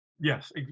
Yes